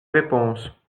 réponses